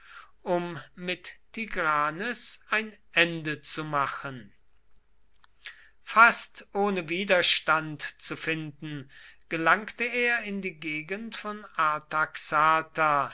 um mit tigranes ein ende zu machen fast ohne widerstand zu finden gelangte er in die gegend von